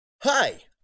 Hi